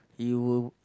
you will